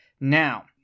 Now